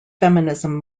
feminism